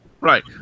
Right